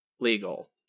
legal